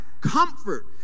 comfort